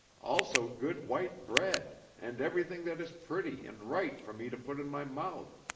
also good white bread and everything that is pretty and right for me to put in my mouth.